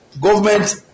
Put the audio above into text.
government